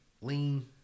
lean